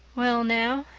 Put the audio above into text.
well now,